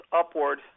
upward